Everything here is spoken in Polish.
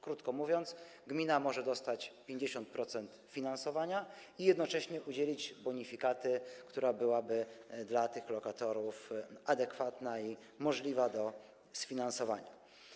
Krótko mówiąc, gmina może dostać 50% finansowania i jednocześnie udzielić bonifikaty, która byłaby dla tych lokatorów adekwatna i możliwa do sfinansowania.